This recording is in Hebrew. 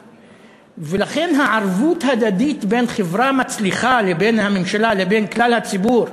ולכן הערבות ההדדית בין חברה מצליחה לבין הממשלה לבין כלל הציבור,